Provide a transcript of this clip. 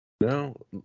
No